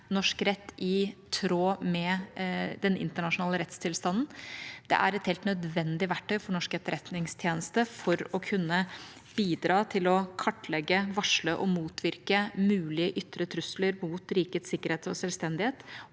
norsk rett i tråd med den internasjonale rettstilstanden. Det er et helt nødvendig verktøy for norsk etterretningstjeneste for å kunne bidra til å kartlegge, varsle og motvirke mulige ytre trusler mot rikets sikkerhet og selvstendighet